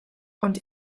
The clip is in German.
und